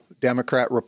Democrat